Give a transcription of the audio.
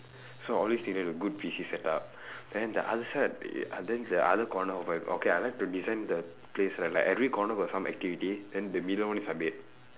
so I always needed a good P_C setup then the other side then the other corner of my okay I like to design the place right like every corner got some activity then the middle one is my bed